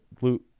Glute